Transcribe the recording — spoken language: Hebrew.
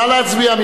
נא להצביע.